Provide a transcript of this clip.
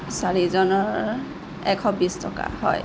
চাৰিজনৰ এশ বিছ টকা হয়